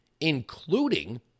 including